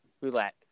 roulette